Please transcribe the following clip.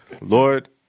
Lord